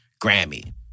Grammy